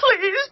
Please